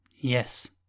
Yes